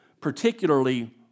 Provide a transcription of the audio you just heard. particularly